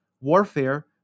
Warfare